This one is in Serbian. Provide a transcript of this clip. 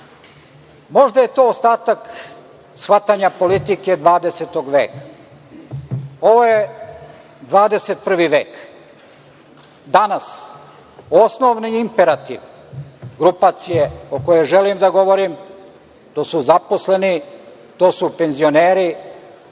Možda je to ostatak shvatanja politike 20 veka. Ovo je 21 vek. Danas osnovni imperativ grupacije o kojoj želim da govorim, to su zaposleni, to su penzioneri.